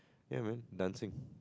ya man dancing